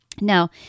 Now